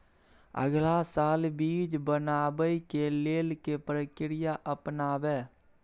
अगला साल बीज बनाबै के लेल के प्रक्रिया अपनाबय?